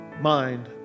mind